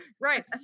right